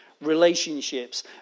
Relationships